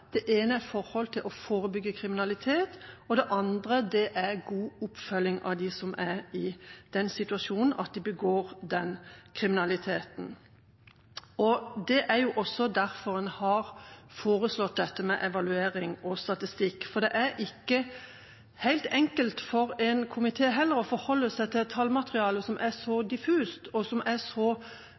Det ene er å forebygge kriminalitet, og det andre er god oppfølging av dem som er i den situasjonen at de begår denne kriminaliteten. Det er derfor en har foreslått evaluering og statistikk, for det er heller ikke helt enkelt for en komité å forholde seg til et tallmateriale som er så diffust, og som